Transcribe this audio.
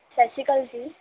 ਸਤਿ ਸ਼੍ਰੀ ਅਕਾਲ ਜੀ